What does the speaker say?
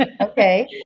Okay